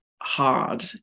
hard